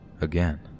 again